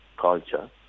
culture